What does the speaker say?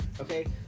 Okay